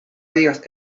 digas